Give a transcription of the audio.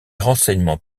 renseignements